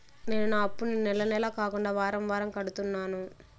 నేను నా అప్పుని నెల నెల కాకుండా వారం వారం కడుతున్నాను